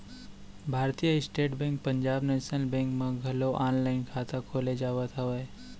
भारतीय State Bank Punjab National Bank म घलोक ऑनलाईन खाता खोले जावत हवय